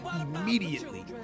immediately